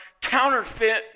counterfeit